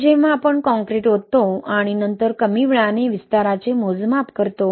हे जेव्हा आपण कॉंक्रिट ओततो आणि नंतर कमी वेळाने विस्ताराचे मोजमाप करतो